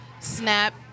snap